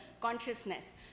consciousness